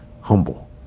humble